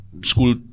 School